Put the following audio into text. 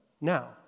Now